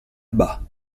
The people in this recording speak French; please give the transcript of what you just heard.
bas